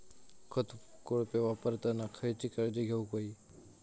खत कोळपे वापरताना खयची काळजी घेऊक व्हयी?